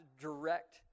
direct